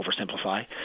oversimplify